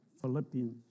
Philippians